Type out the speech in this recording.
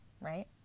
right